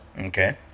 Okay